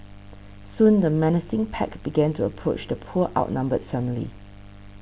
soon the menacing pack began to approach the poor outnumbered family